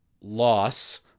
loss